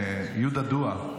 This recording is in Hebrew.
יהודה דואה,